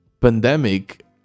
pandemic